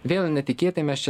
vėl netikėtai mes čia